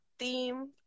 theme